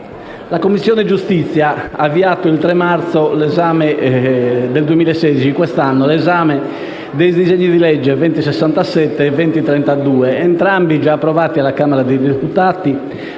La Commissione giustizia ha avviato, il 3 marzo 2016, l'esame dei disegni di legge n. 2067 e 2032, entrambi già approvati dalla Camera dei deputati,